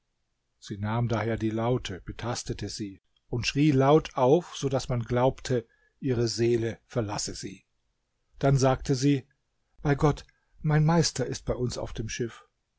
sie nahm daher die laute betastete sie und schrie laut auf so daß man glaubte ihre seele verlasse sie dann sagte sie bei gott mein meister ist bei uns auf dem schiff